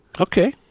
Okay